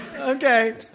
Okay